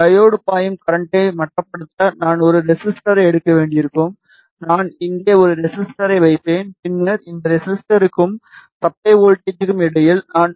diode பாயும் கரண்டை மட்டுப்படுத்த நான் ஒரு ரெசிஸ்டரை எடுக்க வேண்டியிருக்கும் நான் இங்கே ஒரு ரெசிஸ்டரை வைப்பேன் பின்னர் இந்த ரெசிஸ்டருக்கும் சப்ளை வோல்ட்டேஜ்க்கும் இடையில் நான்